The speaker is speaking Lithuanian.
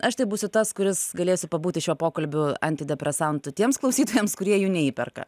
aš tai būsiu tas kuris galėsiu pabūti šiuo pokalbiu antidepresantu tiems klausytojams kurie jų neįperka